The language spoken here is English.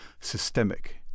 systemic